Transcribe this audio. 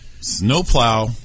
Snowplow